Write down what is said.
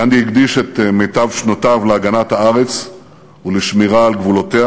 גנדי הקדיש את מיטב שנותיו להגנת הארץ ולשמירה על גבולותיה.